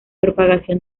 propagación